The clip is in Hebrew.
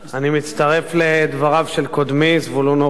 אני מצטרף לדבריו של קודמי, זבולון אורלב.